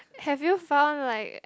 have you found like